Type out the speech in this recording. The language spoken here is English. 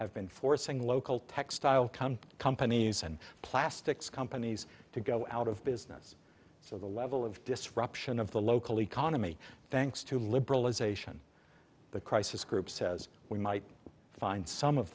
have been forcing local textile companies and plastics companies to go out of business so the level of disruption of the local economy thanks to liberalization the crisis group says we might find some of